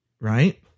right